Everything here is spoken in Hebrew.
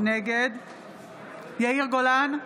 נגד יאיר גולן,